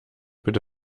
bitte